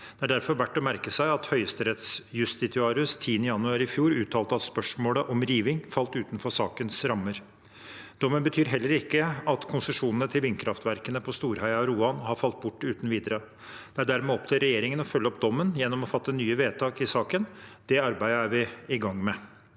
Det er derfor verdt å merke seg at høyesterettsjustitiarius 10. januar i fjor uttalte at spørsmålet om riving falt utenfor sakens rammer. Dommen betyr heller ikke at konsesjonene til vindkraftverkene på Storøya og Roan har falt bort uten videre. Det er dermed opp til regjeringen å følge opp dommen gjennom å fatte nye vedtak i saken. Det arbeidet er vi i gang med.